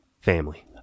family